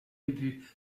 ubu